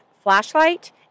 flashlight